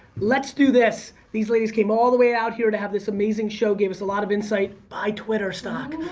let's do this. these ladies came all the way out here to have this amazing show gave us a lot of insight, buy twitter stock.